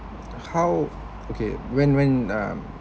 how okay when when um